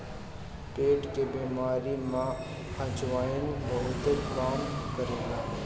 पेट के बेमारी में अजवाईन बहुते काम करेला